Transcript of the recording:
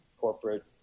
corporate